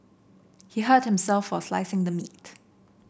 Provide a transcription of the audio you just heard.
he hurt himself while slicing the meat